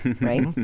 right